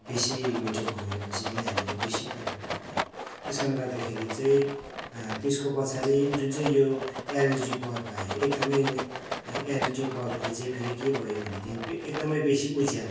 बेसी मिटर घुमेपछि हामीले बेसी तिर्नु पर्थ्यो त्यस कारणले गर्दाखेरि चाहिँ त्यसको पछाडि जुन चाहिँ यो एलइडी बल्ब आयो एकदमै एलइडी बल्बले चाहिँ फेरि के भयो भनेदेखि एकदमै बेसी उज्यालो